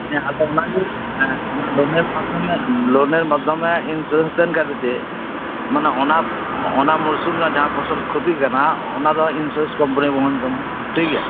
ᱦᱮᱸ ᱟᱫᱚ ᱚᱱᱟᱜᱮ ᱞᱳᱱᱮᱨ ᱢᱟᱫᱫᱷᱚᱢᱮ ᱤᱱᱥᱩᱨᱮᱱᱥ ᱛᱟᱸᱦᱮᱱ ᱠᱷᱟᱱᱡ ᱫᱚ ᱪᱮᱫ ᱢᱟᱱᱮ ᱚᱱᱟ ᱚᱱᱟ ᱢᱩᱲᱥᱩᱢ ᱨᱮᱱᱟᱜ ᱯᱷᱚᱥᱚᱞ ᱠᱷᱚᱛᱤᱜ ᱠᱟᱱᱟ ᱚᱱᱟ ᱫᱚ ᱤᱱᱥᱩᱨᱮᱱᱥ ᱠᱳᱢᱯᱟᱱᱤᱭ ᱵᱚᱦᱚᱱ ᱛᱟᱢᱟ ᱴᱷᱤᱠ ᱜᱮᱭᱟ